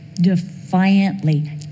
defiantly